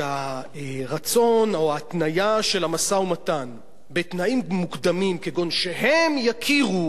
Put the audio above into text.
שהרצון או ההתניה של המשא-ומתן בתנאים מוקדמים כגון שהם יכירו